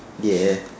!yay!